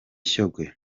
shyogwe